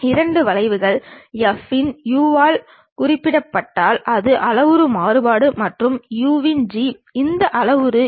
உதாரணமாக பொருளின் மேற்புற தோற்றம் பொதுவாக கிடைமட்ட தளத்தின் மீது பெறப்படுகிறது